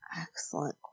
excellent